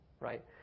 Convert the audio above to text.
right